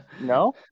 no